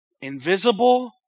invisible